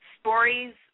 stories